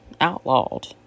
outlawed